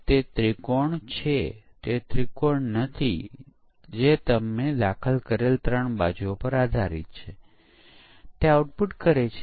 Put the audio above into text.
તેથી કોડિંગ તબક્કામાં પરીક્ષણ હાથ ધરવામાં આવે છે અને એકીકરણ વખતે પણ સિસ્ટમ પરીક્ષણ છે